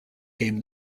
game